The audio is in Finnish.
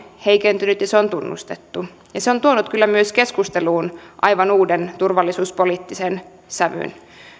heikentynyt ja se on tunnustettu se on tuonut kyllä myös keskusteluun aivan uuden turvallisuuspoliittisen sävyn